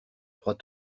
trois